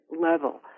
level